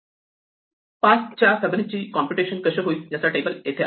5 च्या Fibonacci computation कसे होईल याचा टेबल येथे आहे